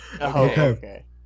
okay